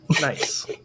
Nice